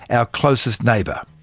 our closest neighbour.